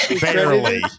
Barely